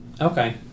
Okay